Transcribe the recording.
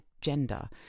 gender